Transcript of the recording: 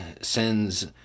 sends